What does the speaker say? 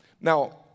Now